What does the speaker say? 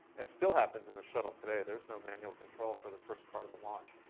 and still happens in the shuttle today. there's no manual control for the first part of the launch.